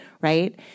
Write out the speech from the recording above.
right